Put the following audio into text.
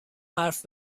حرف